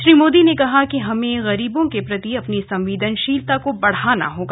श्री मोदी ने कहा कि हमें गरीबों के प्रति अपनी सम्वेदनशीलता को बढ़ाना होगा